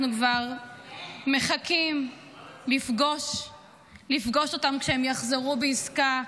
אנחנו כבר מחכים לפגוש אותם כשהם יחזרו בעסקה,